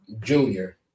Junior